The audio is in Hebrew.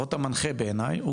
לפחות המנחה בעיני,